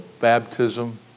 baptism